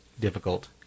difficult